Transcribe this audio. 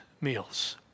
meals